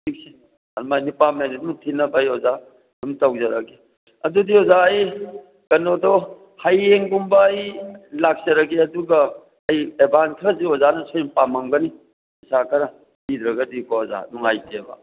ꯅꯨꯄꯥ ꯃꯌꯨꯝꯗ ꯑꯗꯨꯝ ꯊꯤꯟꯅꯕ ꯑꯩ ꯑꯣꯖꯥ ꯑꯗꯨꯝ ꯇꯧꯖꯔꯒꯦ ꯑꯗꯨꯗꯤ ꯑꯣꯖꯥ ꯑꯩ ꯀꯩꯅꯣꯗꯣ ꯍꯌꯦꯡꯒꯨꯝꯕ ꯑꯩ ꯂꯥꯛꯆꯔꯒꯦ ꯑꯗꯨꯒ ꯑꯩ ꯑꯦꯗꯕꯥꯟꯁ ꯈꯔꯁꯨ ꯑꯣꯖꯥꯅ ꯁꯣꯏꯗꯅ ꯄꯥꯝꯂꯝꯒꯅꯤ ꯄꯩꯁꯥ ꯈꯔ ꯄꯤꯗ꯭ꯔꯒꯗꯤꯀꯣ ꯑꯣꯖꯥ ꯅꯨꯡꯉꯥꯏꯇꯦꯕ